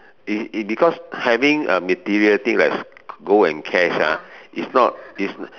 it it because having a material thing like gold and cash ah is not is